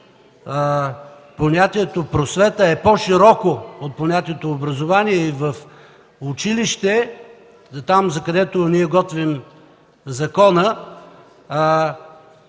понятието „просвета” е по-широко от понятието „образование”. В училището – там, закъдето готвим закона,